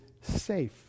safe